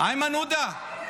הינה, בבקשה.